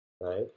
right